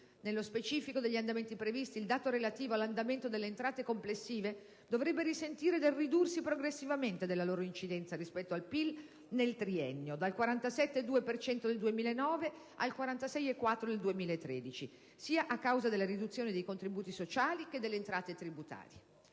Nello specifico degli andamenti previsti, il dato relativo all'andamento delle entrate complessive dovrebbe risentire del ridursi progressivamente della loro incidenza rispetto al PIL nel triennio (dal 47,2 per cento del 2009 al 46,4 per cento del 2013), a causa della riduzione sia dei contributi sociali che delle entrate tributarie.